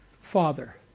father